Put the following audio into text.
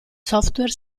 software